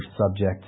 subject